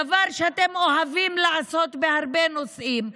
דבר שאתם אוהבים לעשות בהרבה נושאים,